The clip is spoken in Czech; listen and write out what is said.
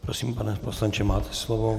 Prosím, pane poslanče, máte slovo.